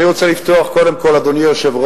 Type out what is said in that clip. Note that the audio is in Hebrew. אני רוצה לפתוח, קודם כול, אדוני היושב-ראש,